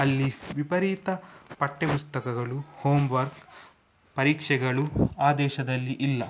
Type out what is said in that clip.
ಅಲ್ಲಿ ವಿಪರೀತ ಪಠ್ಯಪುಸ್ತಕಗಳು ಹೋಮ್ವರ್ಕ್ ಪರೀಕ್ಷೆಗಳು ಆ ದೇಶದಲ್ಲಿ ಇಲ್ಲ